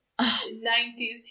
90s